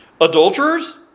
adulterers